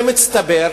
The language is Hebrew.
זה מצטבר,